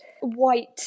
White